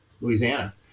Louisiana